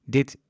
Dit